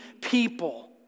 people